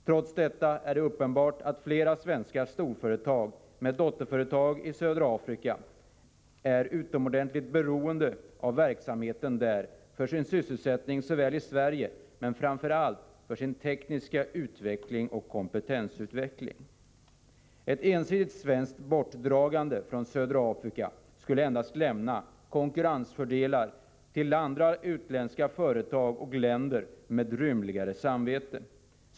Trots detta är det uppenbart att flera svenska storföretag med dotterföretag i södra Afrika är utomordentligt beroende av verksamheten där för sin sysselsättning i Sverige men framför allt för sin tekniska utveckling och kompetens. Ett ensidigt svenskt bortdragande från södra Afrika skulle endast lämna konkurrensfördelar till andra utländska företag med rymligare samvete.